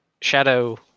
Shadow